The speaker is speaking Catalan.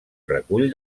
recull